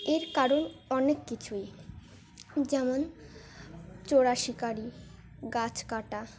এর কারণ অনেক কিছুই যেমন চোরা শিকারি গাছ কাটা